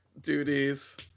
Duties